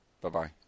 Bye-bye